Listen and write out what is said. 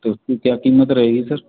तो उसकी क्या किमत रहेगी सर